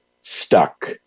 stuck